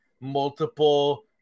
multiple